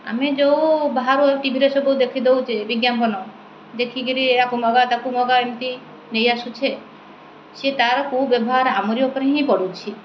ଆମେ ଯେଉଁ ବାହାରୁ ଟିଭିରେ ସବୁ ଦେଖି ଦେଉଛେ ବିଜ୍ଞାପନ ଦେଖିକରି ୟାକୁ ମଗା ତାକୁ ମଗା ଏମିତି ନେଇଆସୁଛେ ସିଏ ତାର କେଉଁ ବ୍ୟବହାର ଆମରି ଉପରେ ହିଁ ପଡ଼ୁଛି